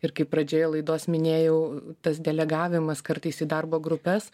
ir kaip pradžioje laidos minėjau tas delegavimas kartais į darbo grupes